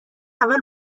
اول